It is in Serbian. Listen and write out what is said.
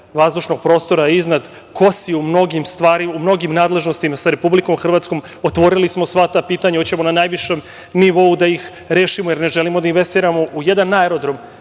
vazdušnog prostora iznad kosi u mnogim nadležnostima sa Republikom Hrvatskom. Otvorili smo sva ta pitanja, hoćemo na najvišem nivou da ih rešimo, jer ne želimo da investiramo u jedan aerodrom